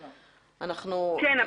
כן,